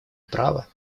права